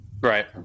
Right